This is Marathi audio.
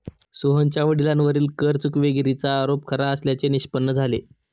सोहनच्या वडिलांवरील कर चुकवेगिरीचा आरोप खरा असल्याचे निष्पन्न झाले